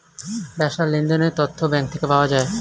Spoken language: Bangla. ব্যবসার লেনদেনের তথ্য ব্যাঙ্ক থেকে পাওয়া যায়